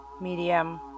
medium